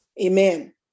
Amen